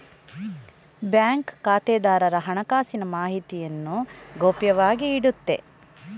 bank ಖಾತೆದಾರರ ಹಣಕಾಸಿನ ಮಾಹಿತಿಯನ್ನು ಗೌಪ್ಯವಾಗಿ ಇಡುತ್ತೆ